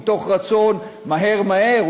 מתוך רצון מהר-מהר,